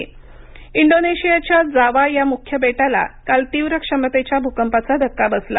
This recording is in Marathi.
इंडोनेशिया भकंप इंडोनेशियाच्या जावा या मुख्य बेटाला काल तीव्र क्षमतेच्या भूकंपाचा धक्का बसला